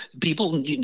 people